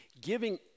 giving